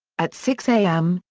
at six am,